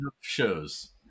shows